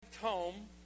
home